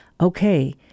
Okay